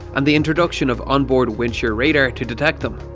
and the introduction of on-board wind shear radar to detect them.